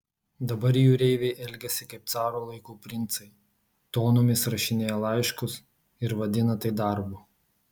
dabar jūreiviai elgiasi kaip caro laikų princai tonomis rašinėja laiškus ir vadina tai darbu